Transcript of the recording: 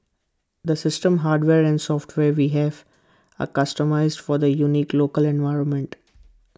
the system hardware and software we have are customised for the unique local environment